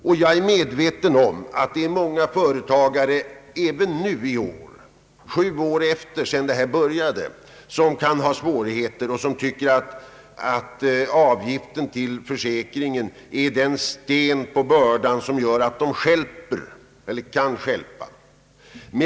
Jag är också medveten om att det även nu, sju år efteråt, kan finnas många som har svårigheter och tycker att avgiften till försäkringen är den sten på bördan som kan stjälpa dem.